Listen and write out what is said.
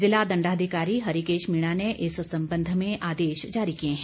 जिला दंडाधिकारी हरिकेश मीणा ने इस संबंध में आदेश जारी किए हैं